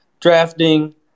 Drafting